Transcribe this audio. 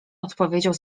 odpowiedział